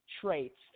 traits